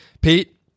Pete